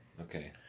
Okay